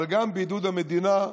אבל גם בעידוד המדינה,